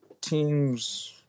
teams